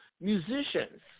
musicians